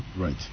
Right